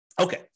Okay